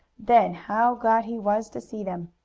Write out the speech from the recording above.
then how glad he was to see them!